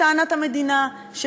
לטענת המדינה?